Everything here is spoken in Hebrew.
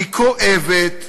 היא כואבת,